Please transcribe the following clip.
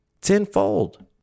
tenfold